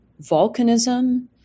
Volcanism